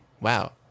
Wow